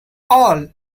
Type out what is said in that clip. all